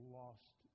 lost